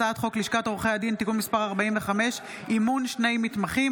הצעת חוק לשכת עורכי הדין (תיקון מס' 45) (אימון שני מתמחים),